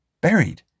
buried